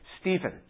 Stephen